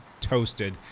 toasted